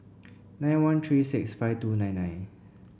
nine one three six five two nine nine